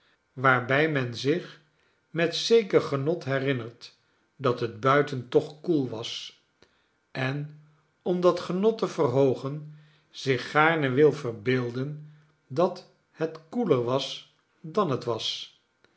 waarbij men zich met zeker genot hei'innert dat het buiten toch koel was en om dat genot te verhoogen zich gaarne wil verbeelden dat het koeler was dan het was